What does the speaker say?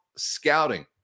scouting